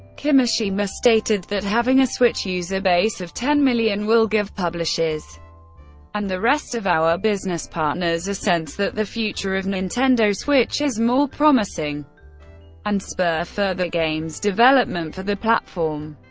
kimishima stated that having a switch user base of ten million will give publishers and the rest of our business partners a sense that the future of nintendo switch is more promising and spur further games development for the platform.